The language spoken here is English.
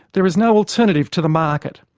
there is no alternative to the market.